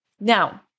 Now